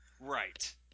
Right